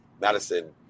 Madison